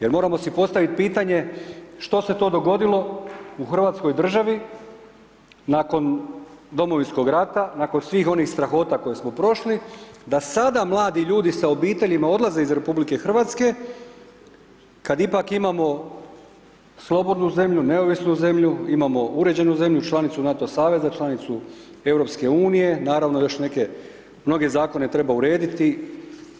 Jer moramo si postaviti pitanje što se to dogodilo u Hrvatskoj državi nakon Domovinskog rata, nakon svih onih strahota koje smo prošli da sada mladi ljudi sa obiteljima odlaze iz RH kada ipak imamo slobodnu zemlju, neovisnu zemlju, imamo uređenu zemlju, članicu NATO saveza, članicu EU, naravno i još neke, mnoge zakone treba urediti